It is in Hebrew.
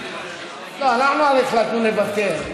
לא, אנחנו הרי החלטנו לוותר.